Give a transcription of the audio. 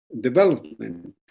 development